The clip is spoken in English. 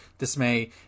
Dismay